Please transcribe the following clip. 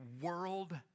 world